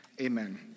Amen